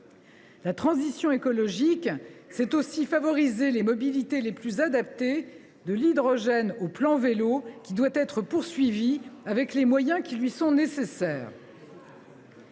La transition écologique consiste en outre à favoriser les mobilités les plus adaptées, de l’hydrogène au plan vélo, lequel doit être poursuivi et doté des moyens qui lui sont nécessaires.